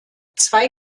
zwei